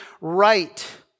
right